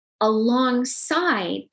alongside